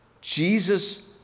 Jesus